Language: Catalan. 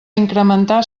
incrementar